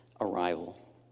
arrival